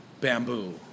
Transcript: bamboo